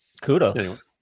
Kudos